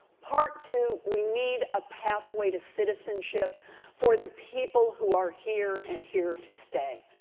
part two, we need a pathway to citizenship for the people who are here and here to stay.